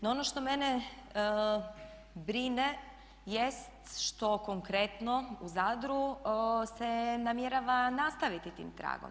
No, ono što mene brine jest što konkretno u Zadru se namjerava nastaviti tim tragom.